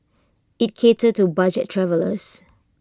IT catered to budget travellers